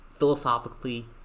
philosophically